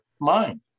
mind